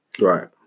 Right